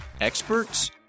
experts